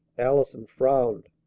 allison frowned.